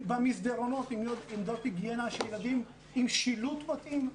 במסדרונות עמדות היגיינה עם שילוט מתאים,